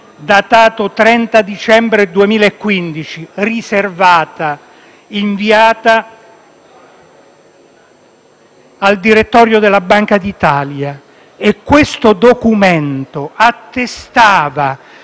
datato 30 dicembre 2015, riservato, inviato al direttorio della Banca d'Italia, che attestava